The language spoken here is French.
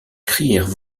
crièrent